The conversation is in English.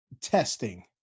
testing